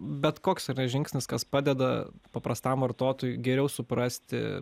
bet koks yra žingsnis kas padeda paprastam vartotojui geriau suprasti